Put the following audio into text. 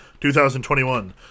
2021